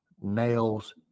nails